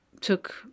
took